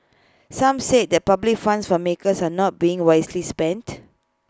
some said that public funds for makers are not being wisely spent